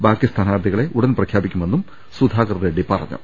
ബാക്കി സ്ഥാനാർത്ഥികളെ ഉടൻ പ്രഖ്യാപി ക്കുമെന്നും സുധാകർ റെഡ്ഡി പറഞ്ഞു